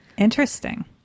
Interesting